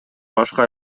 башка